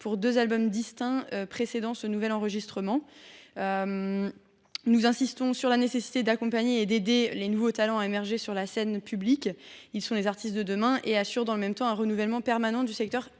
pour deux albums distincts précédant ce nouvel enregistrement. Nous insistons sur la nécessité d’accompagner et d’aider les nouveaux talents à émerger sur la scène publique. Ce sont les artistes de demain. Ils assurent dans le même temps un renouvellement permanent du secteur